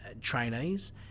trainees